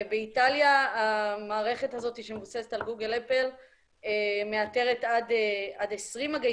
באיטליה המערכת הזאת שמבוססת על גוגל-אפל מאתרת עד 20 מגעים,